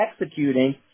executing